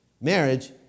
Marriage